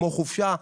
כמו חופשה.